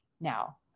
now